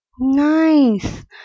Nice